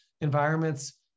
environments